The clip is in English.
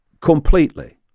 completely